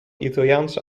italiaanse